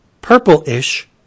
purple-ish